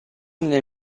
nel